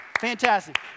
Fantastic